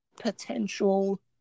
Potential